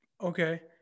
Okay